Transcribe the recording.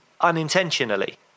unintentionally